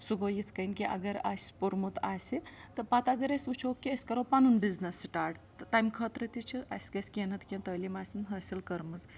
سُہ گوٚو یِتھ کٔنۍ کہِ اگر اَسہِ پوٚرمت آسہِ تہٕ پَتہٕ اگر أسۍ وٕچھو کہِ أسۍ کَرو پَنُن بِزنِس سِٹاٹ تہٕ تَمہِ خٲطرٕ تہِ چھِ اَسہِ گژھِ کیٚںٛہہ نَتہٕ کیٚنٛہہ تٲلیٖم آسِن حٲصِل کٔرمٕژ